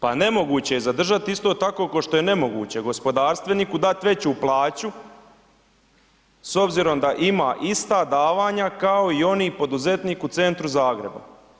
Pa nemoguće je zadržati isto tako ko što je nemoguće gospodarstveniku dat veću plaću s obzirom da ima ista davanja kao i oni poduzetnik u centru Zagreba.